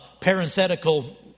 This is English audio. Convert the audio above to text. parenthetical